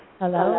hello